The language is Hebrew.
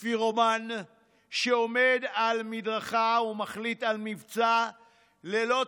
פירומן, שעומד על מדרכה ומחליט על מבצע ללא תכנון,